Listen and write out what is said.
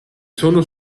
sono